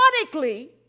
ironically